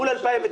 מול 2019,